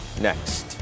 next